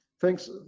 Thanks